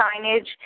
signage